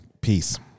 Peace